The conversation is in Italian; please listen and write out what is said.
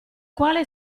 quale